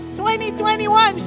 2021